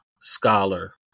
scholar